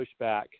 pushback